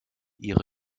ihre